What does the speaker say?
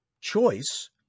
choice